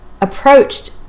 approached